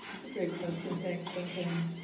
it's a great question. thanks, duncan.